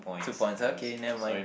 two points okay nevermind